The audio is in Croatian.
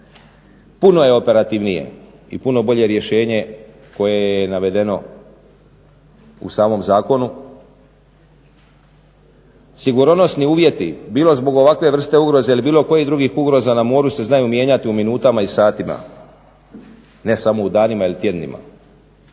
puno je operativnije i puno bolje rješenje koje je i navedeno u samom zakonu. Sigurnosni uvjeti, bilo zbog ovakve vrste ugroze ili bilo kojih drugih ugroza na moru se znaju mijenjati u minutama i satima, ne samo u danima ili tjednima.